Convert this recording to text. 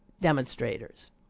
demonstrators